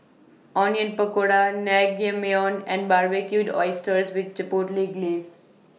Onion Pakora Naengmyeon and Barbecued Oysters with Chipotle Glaze